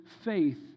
faith